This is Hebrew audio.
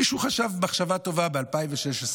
מישהו חשב מחשבה טובה ב-2016,